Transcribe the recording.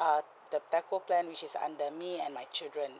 uh the telco plan which is under me and my children